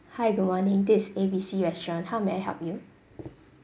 hi good morning this is A B C restaurant how may I help you